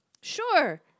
Sure